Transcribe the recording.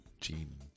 Gene